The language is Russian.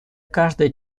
каждые